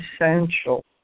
essential